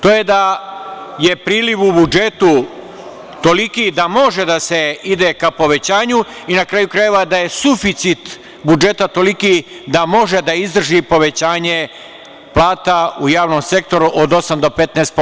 To je da je priliv u budžetu toliki da može da se ide ka povećanju i na kraju krajeva da je suficit budžeta toliki da može da izdrži povećanje plata u javnom sektoru od 8 do 15%